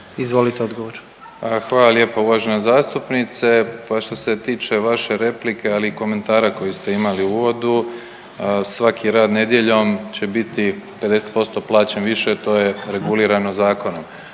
Davor (HDZ)** Hvala lijepo uvažena zastupnice. Pa što se tiče vaše replike, ali i komentara koji ste imali u uvodu svaki rad nedjeljom će biti 50% plaćen više to je regulirano zakonom,